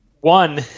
one